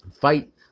fight